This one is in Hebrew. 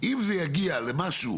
אם זה יגיע למשהו